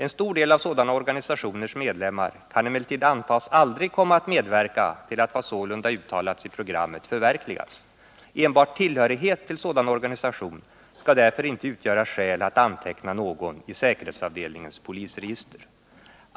En stor del av sådana organisationers medlemmar kan emellertid antas aldrig komma att medverka till att vad som sålunda uttalats i programmet förverkligas. Enbart tillhörighet till sådan organisation skall därför inte utgöra skäl att anteckna någon i säkerhetsavdelningens polisregister.